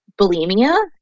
bulimia